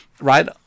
right